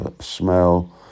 smell